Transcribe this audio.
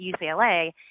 UCLA